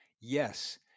Yes